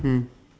mm